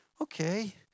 okay